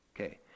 Okay